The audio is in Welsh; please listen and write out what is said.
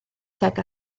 tuag